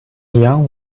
young